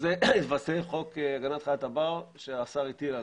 לזה התווסף חוק הגנת חיית הבר שהשר הטיל עלינו,